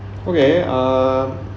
okay uh